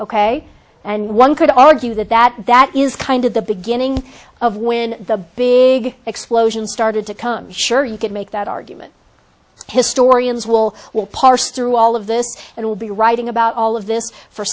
ok and one could argue that that that is kind of the beginning of when the big explosion started to come sure you could make that argument historians will will parse through all of this and will be writing about all of this for